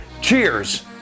Cheers